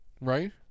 right